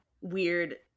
weird